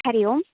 Hari Om